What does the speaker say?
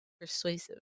persuasive